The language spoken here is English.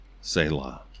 Selah